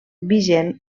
vigent